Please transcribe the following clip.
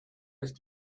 ist